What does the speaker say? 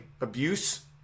abuse